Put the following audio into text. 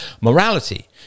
morality